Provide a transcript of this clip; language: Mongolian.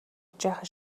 жаахан